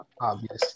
obvious